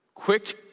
Quick